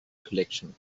collection